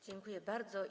Dziękuję bardzo.